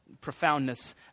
profoundness